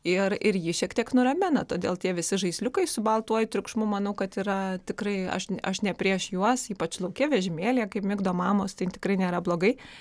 ir ir jį šiek tiek nuramina todėl tie visi žaisliukai su baltuoju triukšmu manau kad yra tikrai aš aš ne prieš juos ypač lauke vežimėlyje kaip migdo mamos tai tikrai nėra blogai